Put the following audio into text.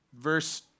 verse